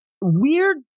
weird